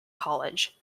college